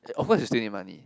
of course you still need money